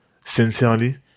sincerely